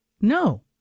No